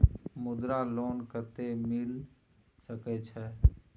मुद्रा लोन कत्ते मिल सके छै?